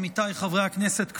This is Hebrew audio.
עמיתיי חברי הכנסת,